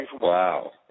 wow